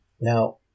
Now